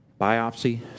biopsy